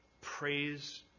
praise